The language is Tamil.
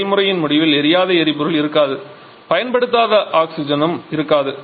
செயல்முறையின் முடிவில் எரியாத எரிபொருள் இருக்காது பயன்படுத்தப்படாத ஆக்ஸிஜனும் இருக்காது